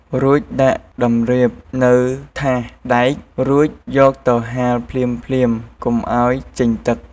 រួចដាក់តម្រាបនៅថាសដែករូចយកទៅហាលភ្លាមៗកុំឲ្យចេញទឹក។